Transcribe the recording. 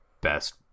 best